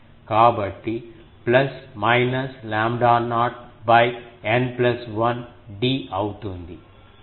కాబట్టి plus minus lambda not N 1 d అవుతుంది